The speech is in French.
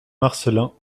marcelin